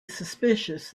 suspicious